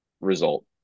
result